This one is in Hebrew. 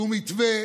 שהוא מתווה